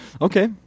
Okay